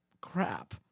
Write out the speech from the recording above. crap